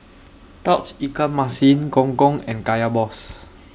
Tauge Ikan Masin Gong Gong and Kaya Balls